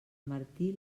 martí